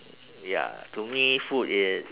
ya to me food is